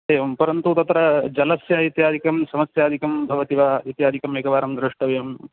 एवं परन्तु तत्र जलस्य इत्यादिकं समस्यादिकं भवति वा इत्यादिकमेकवारं द्रष्टव्यम्